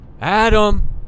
Adam